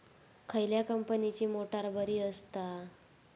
खयल्या कंपनीची मोटार बरी असता?